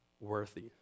worthy